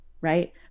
Right